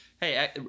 Hey